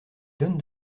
donne